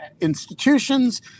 institutions